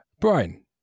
Brian